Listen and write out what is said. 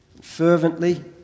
fervently